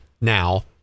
now